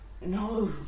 No